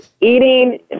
eating